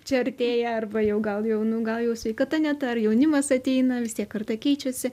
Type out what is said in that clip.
čia artėja arba jau gal jau nu gal jau sveikata ne ta ar jaunimas ateina vis tiek karta keičiasi